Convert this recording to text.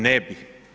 Ne bi.